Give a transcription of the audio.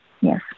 Yes